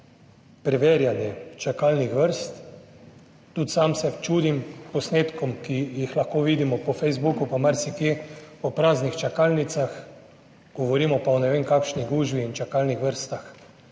preverjanje čakalnih vrst. Tudi sam se čudim posnetkom, ki jih lahko vidimo po Facebooku, pa marsikje o praznih čakalnicah, govorimo pa o ne vem kakšni »gužvi« in čakalnih vrstah,